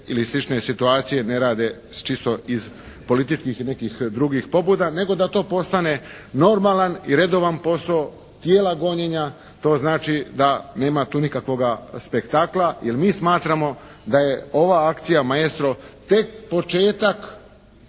ili slične situacije ne rade čisto iz političkih i nekih drugih pobuda, nego da to postane normalan i redovan posao tijela gonjenja, to znači da nema tu nikakvoga spektakla jer mi smatramo da je ova akcija "Maestro" tek početak